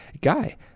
guy